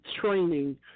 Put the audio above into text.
training